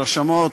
רשמות,